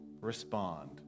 respond